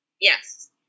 Yes